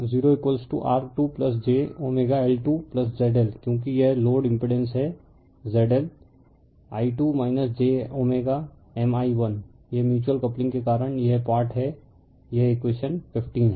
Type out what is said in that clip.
refer slide time 0215 तो 0R2 j L2ZL क्योंकि यह लोड इम्पिड़ेंस है ZLi2 j Mi1 यह म्यूच्यूअल कपलिंग के कारण यह पार्ट है यह इकवेशन 15 है